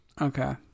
Okay